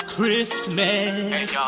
Christmas